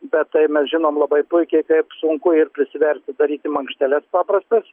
bet tai mes žinom labai puikiai kaip sunku ir prisiverti daryti markšteles paprastas